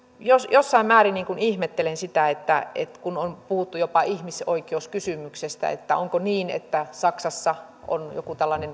jossain määrin ihmettelen sitä kun on puhuttu jopa ihmisoikeuskysymyksestä onko niin että saksassa on joku tällainen